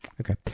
Okay